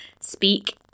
speak